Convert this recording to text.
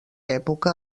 època